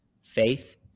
faith